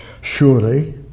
Surely